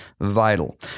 vital